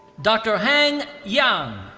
dr. heng yang.